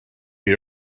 chi